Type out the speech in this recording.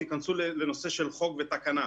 ייכנסו לנושא של חוק ותקנה,